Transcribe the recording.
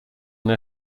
than